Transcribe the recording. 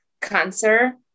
cancer